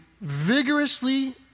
vigorously